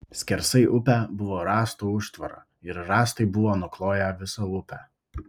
skersai upę buvo rąstų užtvara ir rąstai buvo nukloję visą upę